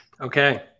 Okay